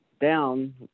down